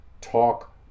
talk